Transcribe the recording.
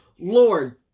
Lord